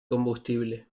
combustible